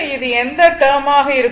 இது இந்த டெர்ம் ஆக இருக்கும்